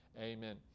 Amen